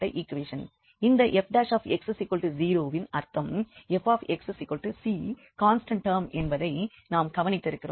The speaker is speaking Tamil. இந்த Fx0 இன் அர்த்தம் Fxc கான்ஸ்டண்ட் டெர்ம் என்பதை நாம் கவனித்திருக்கிறோம்